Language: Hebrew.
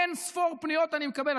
אין-ספור פניות אני מקבל.